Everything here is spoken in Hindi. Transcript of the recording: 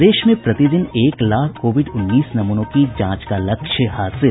प्रदेश में प्रतिदिन एक लाख कोविड उन्नीस नमूनों की जांच का लक्ष्य हासिल